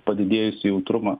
padidėjusį jautrumą